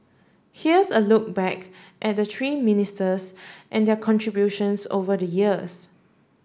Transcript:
here's a look back at the three ministers and their contributions over the years